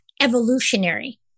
evolutionary